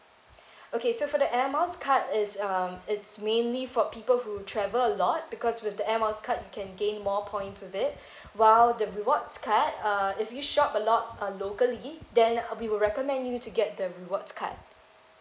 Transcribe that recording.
okay so for the air miles card is um it's mainly for people who travel a lot because with the air miles card you can gain more point with it while the rewards card uh if you shop a lot on locally then we will recommend you to get the rewards card